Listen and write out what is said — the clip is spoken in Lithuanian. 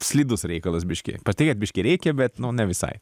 slidus reikalas biškį patikėt biškį reikia bet nu ne visai